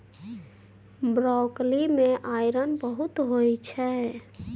broccoli मे iron बहुत होइ छै